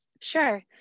Sure